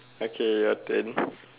okay your turn